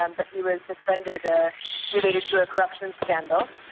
and but he was suspended ah related to a corruption scandal.